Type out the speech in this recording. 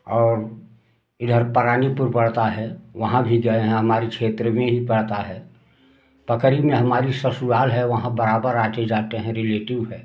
और इधर परानीपुर पड़ता है वहाँ भी गए हैं हमारे क्षेत्र में ही पड़ता है पकरी में हमारी ससुराल है वहाँ बराबर आते जाते हैं रिलेटिव है